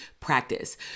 practice